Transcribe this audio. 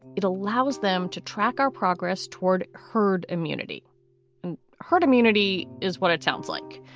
it allows them to track our progress toward herd immunity and herd immunity is what it sounds like.